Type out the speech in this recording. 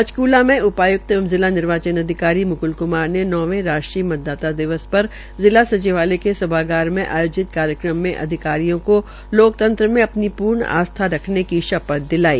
पंचक्ला में उपाय्क्त एवं जिला निर्वाचन अधिकारी मुक्ल क्मार ने नौवें राष्ट्रीय मतदाता दिवस पर जिला सचिवालय के समाचार में आयोजित कार्यक्रम में अधिकारियों को लोकतंत्र में अपनी पूर्ण आस्था रखने की शपथ दिलाई